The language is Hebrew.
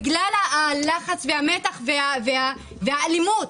בגלל הלחץ והמתח והאלימות,